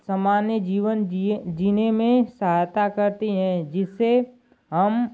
समान्य जीवन जीने में सहायता करती है जिस से हम